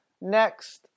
next